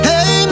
Hey